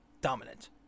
dominant